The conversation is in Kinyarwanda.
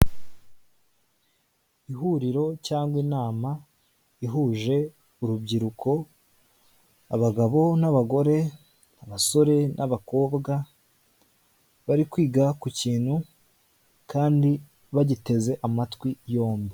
Ihuriro cyangwa inama ihuje urubyiruko abagabo n'abagore, abasore n'abakobwa bari kwiga ku kintu kandi bagiteze amatwi yombi.